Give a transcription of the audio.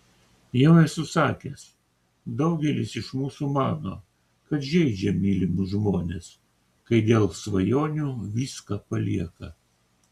jau esu sakęs daugelis iš mūsų mano kad žeidžia mylimus žmones kai dėl svajonių viską palieka